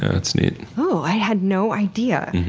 that's neat. oh, i had no idea.